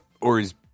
Ori's